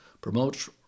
promotes